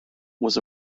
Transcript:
was